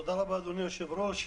תודה רבה אדוני היושב ראש.